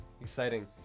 exciting